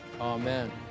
Amen